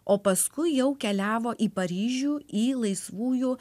o paskui jau keliavo į paryžių į laisvųjų